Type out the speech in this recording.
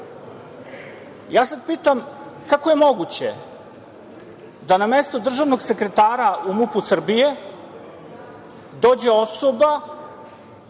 sad pitam – kako je moguće da na mesto državnog sekretara u MUP-u Srbije dođe osoba